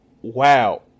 Wow